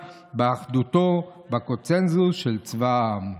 אני אומר לך, השרה מיכאלי, זה המאזן שלך בשבועיים.